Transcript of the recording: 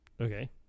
Okay